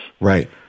Right